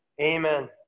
Amen